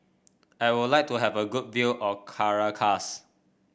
I would like to have a good view of Caracas